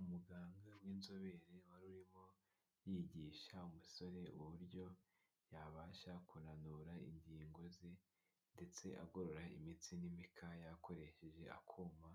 Umuganga w'inzobere wari urimo yigisha umusore uburyo yabasha kunanura ingingo ze ndetse agorora imitsi n'imikaya akoresheje akuma